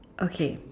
okay